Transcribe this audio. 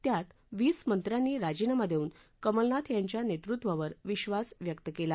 त्यात वीस मंत्र्यानी राजीनामा देऊन कमलनाथ यांच्या नेतृत्वावर विश्वास व्यक्त केला